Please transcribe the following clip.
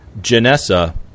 Janessa